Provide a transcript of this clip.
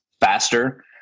faster